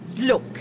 Look